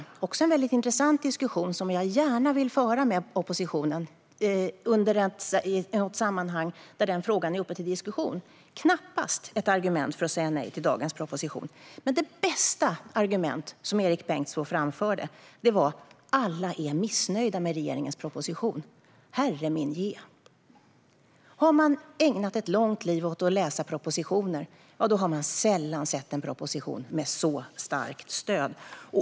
Det är också en väldigt intressant diskussion som jag gärna vill föra med oppositionen i ett sammanhang där den frågan är uppe till debatt. Men det här är knappast ett argument för att säga nej till dagens proposition. Men det bästa argument som Erik Bengtzboe framförde var att alla är missnöjda med regeringens proposition. Herre min je! Har man ägnat ett långt liv åt att läsa propositioner har man sällan sett en proposition med så starkt stöd.